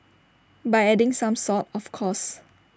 by adding some salt of course